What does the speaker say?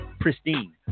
pristine